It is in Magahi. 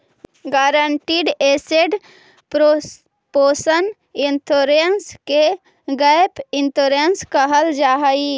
गारंटीड एसड प्रोपोर्शन इंश्योरेंस के गैप इंश्योरेंस कहल जाऽ हई